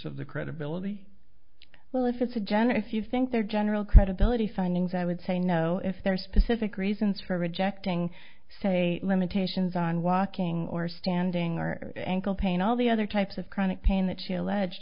of the credibility well if it's a generous you think their general credibility signings i would say no if their specific reasons for rejecting say limitations on walking or standing are ankle pain all the other types of chronic pain that she alleged